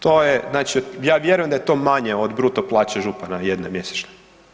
To je, znači, ja vjerujem da je to manje od bruto plaće župana, jedne mjesečne.